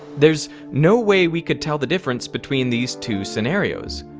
there's no way we could tell the difference between these two scenarios.